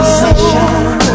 sunshine